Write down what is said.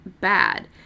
bad